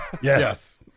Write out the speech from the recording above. Yes